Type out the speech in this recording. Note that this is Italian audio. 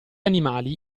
animali